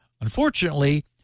Unfortunately